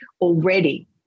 already